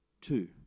two